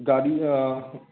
ꯒꯥꯔꯤ